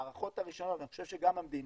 בהערכות הראשונות, אני חושב שגם המדינה,